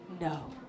no